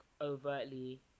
overtly